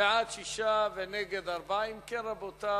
בעד, 6, נגד, 4. אם כן, רבותי,